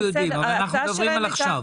אנחנו יודעים אבל אנחנו מדברים על עכשיו.